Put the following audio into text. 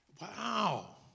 Wow